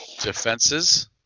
defenses